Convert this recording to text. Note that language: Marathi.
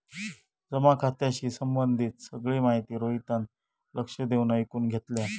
जमा खात्याशी संबंधित सगळी माहिती रोहितान लक्ष देऊन ऐकुन घेतल्यान